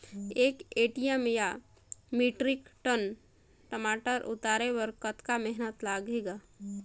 एक एम.टी या metric ton टमाटर उतारे बर कतका मेहनती लगथे ग?